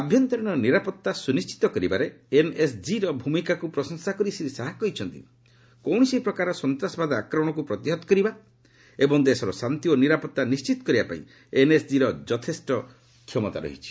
ଆଭ୍ୟନ୍ତରିଣୀ ନିରାପତ୍ତା ସୁନିଶ୍ଚିତ କରିବାରେ ଏନ୍ଏସ୍କିର ଭୂମିକାକୁ ପ୍ରଶଂସା କରି ଶ୍ରୀ ଶାହା କହିଛନ୍ତି କୌଣସି ପ୍ରକାର ସନ୍ତାସବାଦ ଆକ୍ରମଣକ୍ର ପ୍ରତିହତ କରିବା ଏବଂ ଦେଶର ଶାନ୍ତି ଓ ନିରାପତ୍ତା ନିିିିତ କରିବା ପାଇଁ ଏନ୍ଏସ୍ଜିର ଯଥେଷ୍ଟ କ୍ଷମତା ରହିଛି